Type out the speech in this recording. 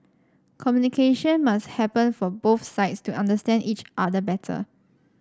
communication must happen for both sides to understand each other better